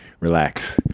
Relax